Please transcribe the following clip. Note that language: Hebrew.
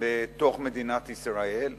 בתוך מדינת ישראל,